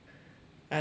ah ya